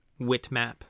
witmap